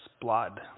blood